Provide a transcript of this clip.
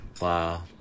wow